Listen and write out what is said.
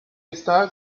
está